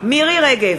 מירי רגב,